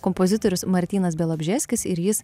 kompozitorius martynas bialobžeskis ir jis